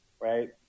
right